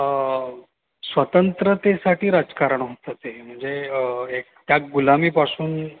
स्वतंत्रतेसाठी राजकारण होतं ते म्हणजे एक त्या गुलामीपासून